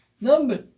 Number